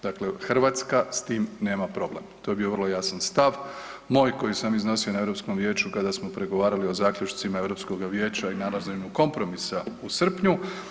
Dakle, Hrvatska s tim nema problem, to je bio vrlo jasan stav moj koji sam iznosio na Europskom vijeću kada smo pregovarali o zaključcima Europskoga vijeća i nalaženju kompromisa u srpnju.